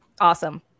Awesome